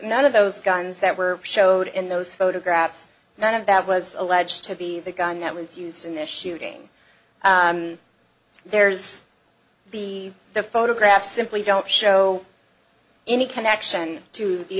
none of those guns that were showed in those photographs none of that was alleged to be the gun that was used in the shooting there's the the photograph simply don't show any connection to the